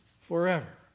forever